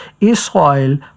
Israel